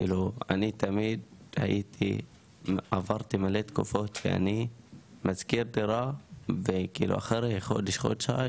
כאילו אני תמיד עברתי מלא תקופות ואני משכיר דירה ואחרי חודש-חודשיים